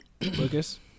Lucas